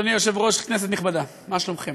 אדוני היושב-ראש, כנסת נכבדה, מה שלומכם?